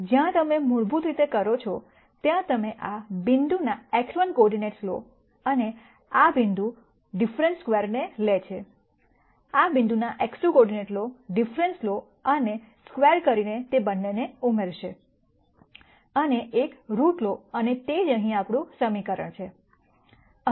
જ્યાં તમે મૂળભૂત રીતે કરો છો ત્યાં તમે આ બિંદુ ના x1 કોઓર્ડિનેટ્સ લો અને આ બિંદુ ડિફરન્સ સ્ક્વેર ને લે છે આ બિંદુ ના x2 કોઓર્ડિનેટ્સ લો ડિફરન્સ લો અને સ્ક્વેર કરી ને તે બંનેને ઉમેરશે અને એક રુટ લો અને તે જ અહીં આપણું સમીકરણ છે